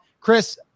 Chris